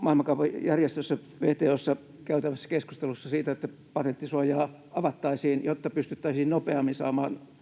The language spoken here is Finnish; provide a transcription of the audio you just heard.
Maailman kauppajärjestössä WTO:ssa käytävässä keskustelussa siitä, että patenttisuojaa avattaisiin, jotta pystyttäisiin nopeammin saamaan